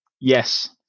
Yes